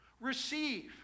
receive